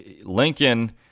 Lincoln